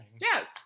Yes